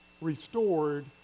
restored